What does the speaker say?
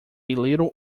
little